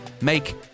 Make